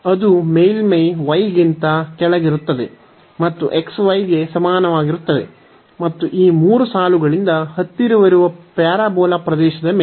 ಅದು ಮೇಲ್ಮೈ y ಗಿಂತ ಕೆಳಗಿರುತ್ತದೆ ಮತ್ತು xy ಗೆ ಸಮಾನವಾಗಿರುತ್ತದೆ ಮತ್ತು ಈ ಮೂರು ಸಾಲುಗಳಿಂದ ಹತ್ತಿರವಿರುವ ಪ್ಯಾರಾಬೋಲಾ ಪ್ರದೇಶದ ಮೇಲೆ